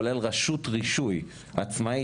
כולל רשות רישוי עצמאית,